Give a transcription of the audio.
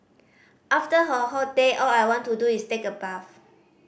after a hot day all I want to do is take a bath